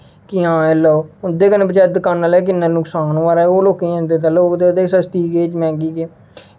कि हां एह् लैओ उं'दे कन्नै बचैरें दकान आह्लें गी कि'न्ना नुकसान होआ दा ऐ ओह् लोकें दिखदे गी सस्ती केह् मैहंगी केह्